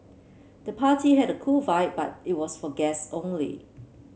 the party had a cool vibe but it was for guests only